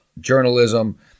journalism